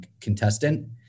contestant